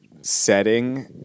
setting